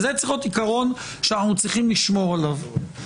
וזה צריך להיות עיקרון שאנחנו צריכים לשמור עליו.